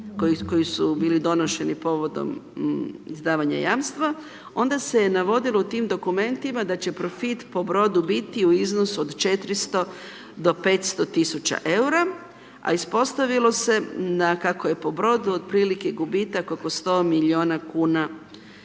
koji su bili donošeni povodom izdavanja jamstva, onda se navodilo u tim dokumentima da će profit po brodu biti u iznosu od 400 do 500.000,00 EUR-a, a ispostavilo se da kako je po brodu, otprilike, gubitak oko 100 milijuna kuna